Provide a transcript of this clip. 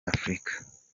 y’afurika